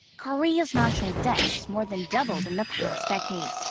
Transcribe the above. korea's national debt has more than doubled in the past decade.